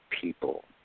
people